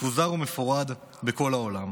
מפוזר ומפורד בכל העולם?